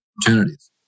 opportunities